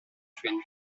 train